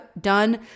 done